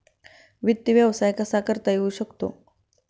वित्त व्यवसाय कसा करता येऊ शकतो?